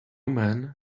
man